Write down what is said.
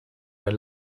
der